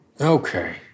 okay